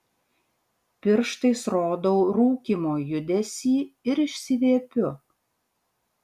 pirštais rodau rūkymo judesį ir išsiviepiu